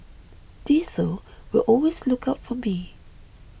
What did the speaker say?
Diesel will always look out for me